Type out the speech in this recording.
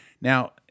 Now